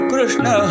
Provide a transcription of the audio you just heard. Krishna